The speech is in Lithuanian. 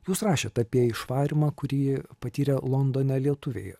jūs rašėt apie išvarymą kurį patyrė londone lietuviai